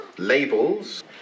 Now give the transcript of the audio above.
labels